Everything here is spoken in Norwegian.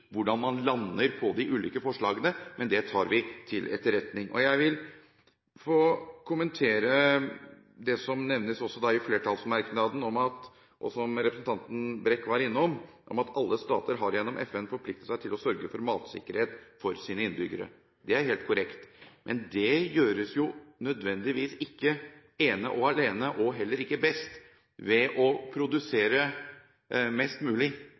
hvordan man lander på de ulike forslagene, men det tar vi til etterretning. Jeg vil få kommentere det som nevnes i flertallsmerknaden, og som representanten Brekk var innom, om at alle stater gjennom FN har forpliktet seg til å sørge for matsikkerhet for sine innbyggere. Det er helt korrekt. Men det gjøres jo nødvendigvis ikke ene og alene – og heller ikke best – ved å produsere mest mulig